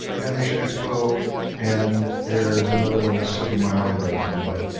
animation expo and there's another one that's slipping my mind right now but,